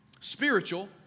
Spiritual